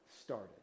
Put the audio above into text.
started